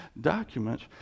documents